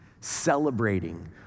celebrating